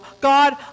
God